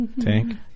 Tank